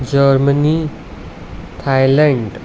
Germany Thailand